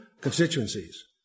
constituencies